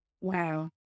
Wow